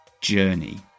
journey